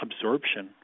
absorption